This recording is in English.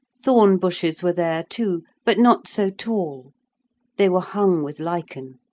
thorn bushes were there, too, but not so tall they were hung with lichen.